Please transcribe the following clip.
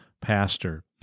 pastor